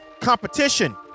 competition